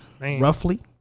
roughly